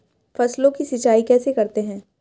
फसलों की सिंचाई कैसे करते हैं?